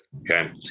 Okay